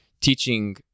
teaching